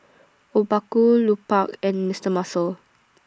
Obaku Lupark and Mister Muscle